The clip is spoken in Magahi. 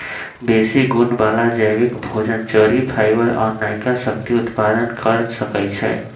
बेशी गुण बला जैबिक भोजन, चरि, फाइबर आ नयका शक्ति उत्पादन क सकै छइ